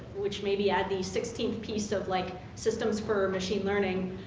which maybe add the sixteenth piece of like systems for machine learning,